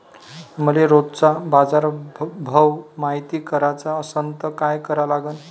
मले रोजचा बाजारभव मायती कराचा असन त काय करा लागन?